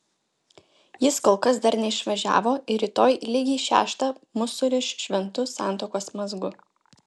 jis kol kas dar neišvažiavo ir rytoj lygiai šeštą mus suriš šventu santuokos mazgu